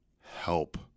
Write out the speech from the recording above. Help